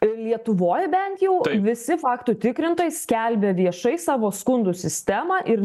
lietuvoj bent jau visi faktų tikrintojai skelbia viešai savo skundų sistemą ir